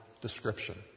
description